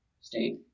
State